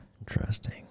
interesting